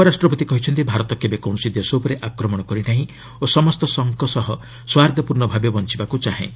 ଉପରାଷ୍ଟ୍ରପତି କହିଛନ୍ତି ଭାରତ କେବେ କୌଣସି ଦେଶ ଉପରେ ଆକ୍ରମଣ କରି ନାହିଁ ଓ ସମସ୍ତ ସହ ସୌହାର୍ଦ୍ଧ୍ୟପୂର୍ଣ୍ଣ ଭାବେ ବଞ୍ଚବାକୁ ଚାହେଁ